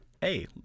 hey